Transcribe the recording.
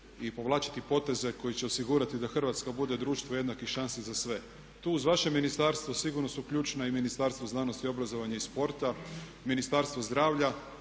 i povlačiti poteze koji će osigurati da Hrvatska bude društvo jednakih šansi za sve. Tu uz vaše ministarstvo sigurno su ključna i Ministarstva znanosti, obrazovanja i sporta, Ministarstvo zdravlja